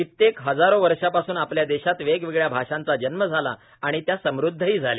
कित्येक हजारो वर्षापासून आपल्या देशात वेगवेगळ्या भाषांचा जन्म झाला आणि त्या समृद्धही झाल्या